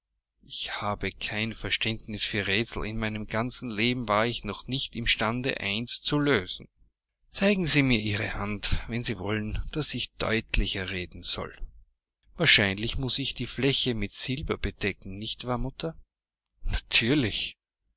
ich habe kein verständnis für rätsel in meinem ganzen leben war ich noch nicht imstande eins zu lösen zeigen sie mir ihre hand wenn sie wollen daß ich deutlicher reden soll wahrscheinlich muß ich die fläche mit silber bedecken nicht wahr mutter natürlich